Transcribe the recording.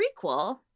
prequel